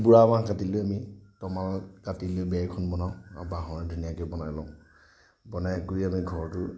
বুঢ়া বাঁহ কাটি লৈ আমি তমাল কাটি আমি বেৰখন বনাওঁ আৰু বাঁহৰ ধুনীয়াকৈ বনাই লওঁ বনাই কৰি আমি ঘৰটো